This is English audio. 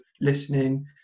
listening